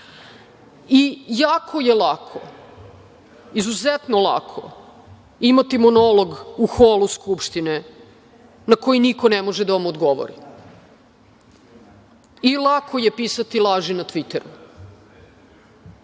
i jako je lako, izuzetno lako imati monolog u holu Skupštine na koji niko ne može da mu odgovori. Lako je pisati laži na Tviteru,